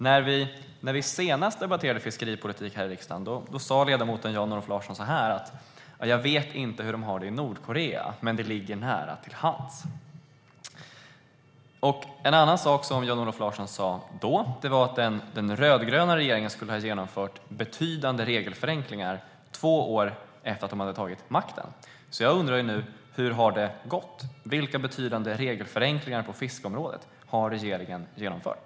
När vi senast debatterade fiskeripolitik här i riksdagen sa ledamoten Jan-Olof Larsson: Jag vet inte hur de har det i Nordkorea, men det ligger nära till hands. En annan sak som Jan-Olof Larsson sa då var att den rödgröna regeringen skulle ha genomfört betydande regelförenklingar två år efter att man hade tagit makten. Jag undrar nu: Hur har det gått? Vilka betydande regelförenklingar på fiskeområdet har regeringen genomfört?